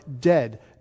dead